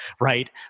right